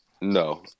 No